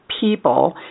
people